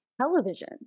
television